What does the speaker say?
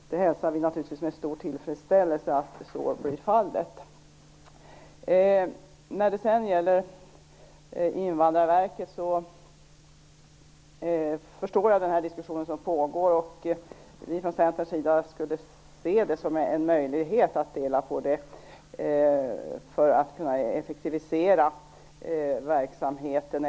Det hälsar vi naturligtvis med stor tillfredsställelse. När det sedan gäller Invandrarverket förstår jag den diskussion som pågår. Vi från Centerns sida ser det som en möjlighet att dela på verket för att kunna effektivisera verksamheten.